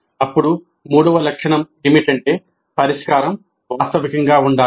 అప్పుడు మూడవ లక్షణం ఏమిటంటే పరిష్కారం వాస్తవికంగా ఉండాలి